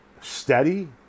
steady